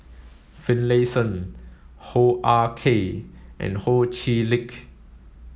Finlayson Hoo Ah Kay and Ho Chee Lick